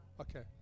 Okay